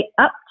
up